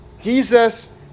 Jesus